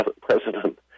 President